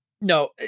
No